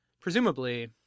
presumably